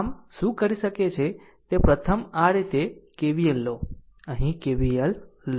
આમ શું કરી શકે છે કે પ્રથમ આ રીતે KVL લો અહીં KVL લો